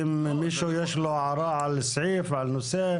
אם למישהו יש הערה על סעיף על נושא,